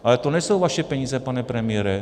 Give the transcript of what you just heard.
Ale to nejsou vaše peníze, pane premiére.